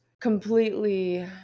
completely